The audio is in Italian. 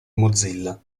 mozilla